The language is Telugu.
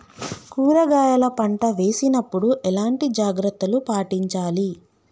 కూరగాయల పంట వేసినప్పుడు ఎలాంటి జాగ్రత్తలు పాటించాలి?